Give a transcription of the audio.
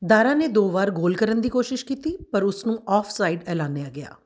ਦਾਰਾ ਨੇ ਦੋ ਵਾਰ ਗੋਲ ਕਰਨ ਦੀ ਕੋਸ਼ਿਸ਼ ਕੀਤੀ ਪਰ ਉਸ ਨੂੰ ਆਫਸਾਈਡ ਐਲਾਨਿਆ ਗਿਆ